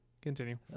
Continue